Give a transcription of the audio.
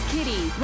Kitty